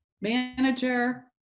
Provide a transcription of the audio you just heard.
manager